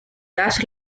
das